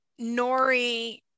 Nori